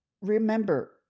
remember